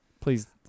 Please